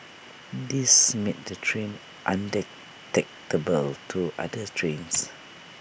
this made the train undetectable to other trains